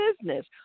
business